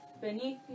beneath